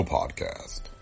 Podcast